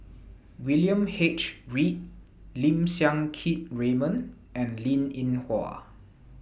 William H Read Lim Siang Keat Raymond and Linn in Hua